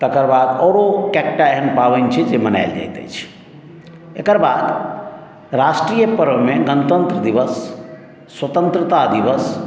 तकर बाद आओरो कएक टा एहन पाबनि छै जे मनायल जाइत अछि एकर बाद राष्ट्रीय पर्वमे गणतन्त्र दिवस स्वतन्त्रता दिवस